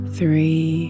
three